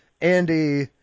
andy